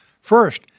First